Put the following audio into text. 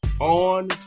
on